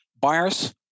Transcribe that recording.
Buyers